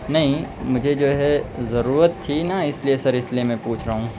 نہیں مجھے جو ہے ضرورت تھی نا اس لیے سر اس لیے میں پوچھ رہا ہوں